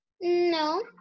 No